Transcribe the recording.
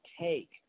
take